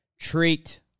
treat